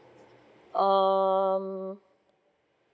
um